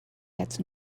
gets